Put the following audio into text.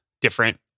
different